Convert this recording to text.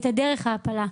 את דרך ההפלה.